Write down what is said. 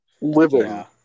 living